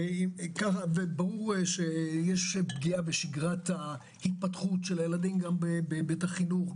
ברור שיש פגיעה בשגרת ההתפתחות של הילדים בהיבט החינוך,